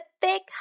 big